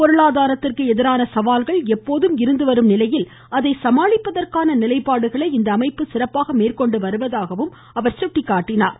பொருளாதாரத்திற்கு எதிரான சவால்கள் எப்போதும் இருந்து வரும் நிலையில் அதை சமாளிப்பதற்கான நிலைப்பாடுகளை இந்த அமைப்பு சிறப்பாக மேற்கொண்டு வருவதாக குறிப்பிட்டார்